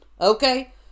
okay